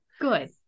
Good